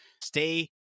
stay